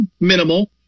minimal